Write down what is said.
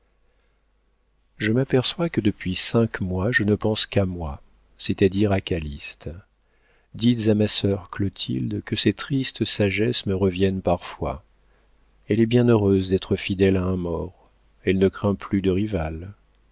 je m'aperçois que depuis cinq mois je ne pense qu'à moi c'est-à-dire à calyste dites à ma sœur clotilde que ses tristes sagesses me reviennent parfois elle est bien heureuse d'être fidèle à un mort elle ne craint plus de rivale